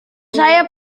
saya